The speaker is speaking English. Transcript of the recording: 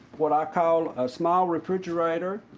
what i call a small refrigerator.